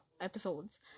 episodes